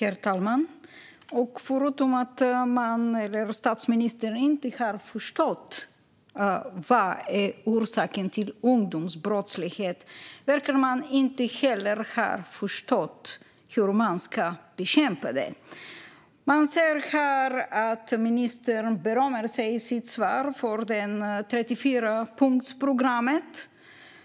Herr talman! Förutom att statsministern inte har förstått vad som är orsaken till ungdomsbrottslighet verkar han heller inte ha förstått hur man ska bekämpa den. I sitt svar berömmer sig ministern av 34-punktsprogrammet.